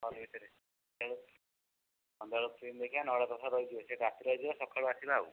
hall ଭିତରେ ସକାଳୁ ସନ୍ଧ୍ୟାବେଳକୁ ଫିଲ୍ମ ଦେଖିବା ନଅଟାରୁ ଦଶଟା ରହିଯିବା ସେଇଠି ରାତିରେ ରହିଯିବା ସକାଳୁ ଆସିବା ଆଉ